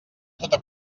tota